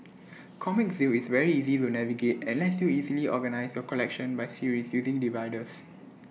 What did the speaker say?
Comic Zeal is very easy to navigate and lets you easily organise your collection by series using dividers